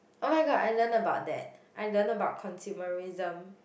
[oh]-my-god I learn about that I learn about consumerism